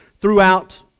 throughout